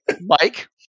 Mike